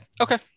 okay